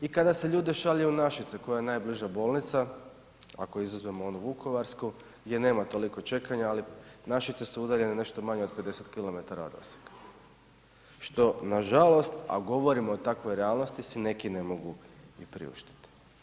I kada se ljude šalje u Našice koja je najbliža bolnica ako izuzmemo onu Vukovarsku gdje nema toliko čekanja ali Našice su udaljene nešto manje od 50km od Osijeka što nažalost a govorimo o takvoj realnosti si neki ne mogu i priuštiti.